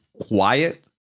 quiet